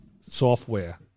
software